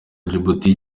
djibouti